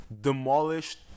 demolished